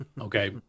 Okay